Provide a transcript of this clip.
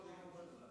ירושלים,